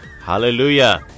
Hallelujah